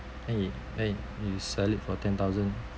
then you then you you sell it for ten thousand